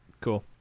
cool